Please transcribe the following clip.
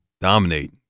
Dominate